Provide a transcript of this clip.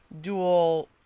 dual